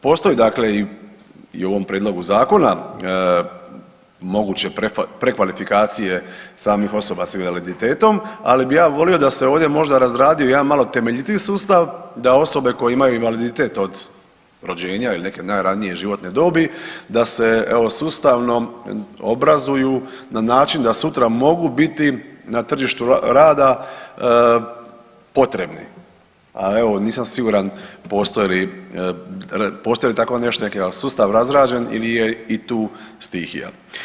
Postoji dakle i u ovom prijedlogu zakona moguće prekvalifikacije samih osoba s invaliditetom, ali bi ja volio da se ovdje možda razradio jedan malo temeljitiji sustav da osobe koje imaju invaliditet od rođenja ili neke najranije životne dobi da se evo sustavno obrazuju na način da sutra mogu biti na tržištu rada potrebni, a evo nisam siguran postoji li, postoji li takvo nešto, je li nam sustav razrađen ili je i tu stihija.